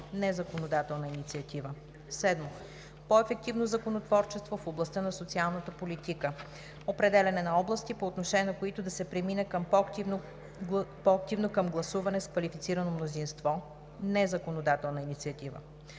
(незаконодателна инициатива). 7. По-ефективно законотворчество в областта на социалната политика: определяне на области, по отношение на които да се премине по-активно към гласуване с квалифицирано мнозинство (незаконодателна инициатива).